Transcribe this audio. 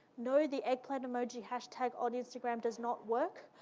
no, the eggplant emoji hashtag on instagram does not work.